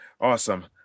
awesome